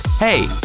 Hey